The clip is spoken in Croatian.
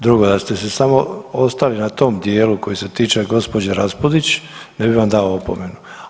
Drugo, da ste samo ostali na tom dijelu koji se tiče gđe. Raspudić, ne bih vam dao opomenu.